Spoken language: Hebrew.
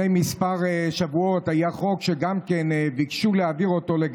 גם לפני כמה שבועות היה חוק שביקשו להעביר אותו,